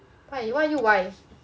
why why are you Y